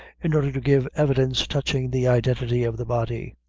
in order to give evidence touching the identity of the body.